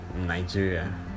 Nigeria